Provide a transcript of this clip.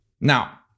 Now